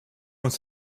uns